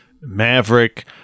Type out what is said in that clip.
maverick